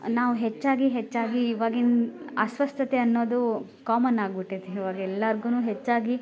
ನಾವು ಹೆಚ್ಚಾಗಿ ಹೆಚ್ಚಾಗಿ ಇವಾಗಿನ ಅಸ್ವಸ್ಥತೆ ಅನ್ನೋದು ಕಾಮನ್ ಆಗ್ಬಿಟೈತಿ ಇವಾಗೆಲ್ಲಾರಿಗೂನು ಹೆಚ್ಚಾಗಿ